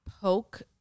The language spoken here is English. poke